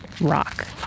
rock